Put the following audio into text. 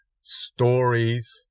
stories